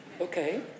Okay